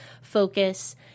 focus